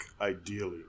ideally